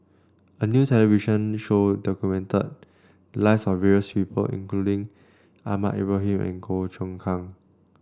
a new television show documented lives of various people including Ahmad Ibrahim and Goh Choon Kang